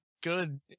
good